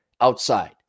outside